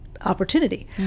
opportunity